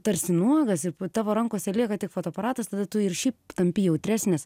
tarsi nuogas ir tavo rankose lieka tik fotoaparatas tada tu ir šiaip tampi jautresnis